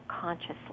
consciously